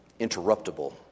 interruptible